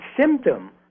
symptom